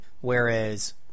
Whereas